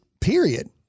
period